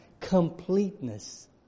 completeness